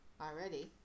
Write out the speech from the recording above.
already